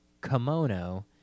Kimono